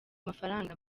mafaranga